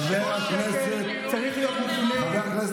חבר הכנסת טופורובסקי.